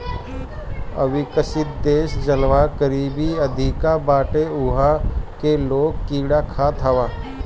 अविकसित देस जहवा गरीबी अधिका बाटे उहा के लोग कीड़ा खात हवे